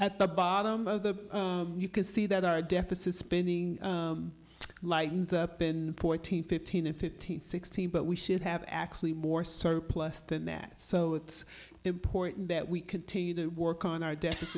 at the bottom of the you can see that our deficit spending lightens up in fourteen fifteen and sixteen but we should have actually more surplus than that so it's important that we continue to work on our de